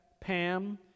Pam